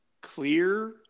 clear